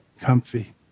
comfy